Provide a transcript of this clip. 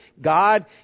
God